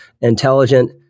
intelligent